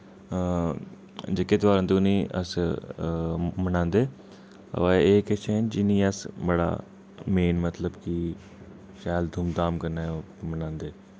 जेह्के तेहार होंदे उनें अस मनांदे बा एह् किश हैन जिनें अस बड़ा मेन मतलब कि शैल धूम धाम कन्नै मनांदे